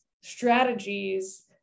strategies